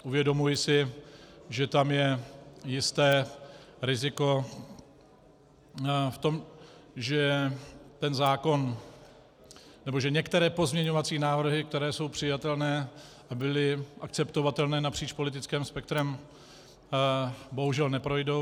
Uvědomuji si, že tam je jisté riziko v tom, že ten zákon, nebo že některé pozměňovací návrhy, které jsou přijatelné, byly akceptovatelné napříč politickým spektrem, bohužel neprojdou.